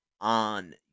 on